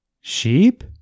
Sheep